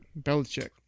Belichick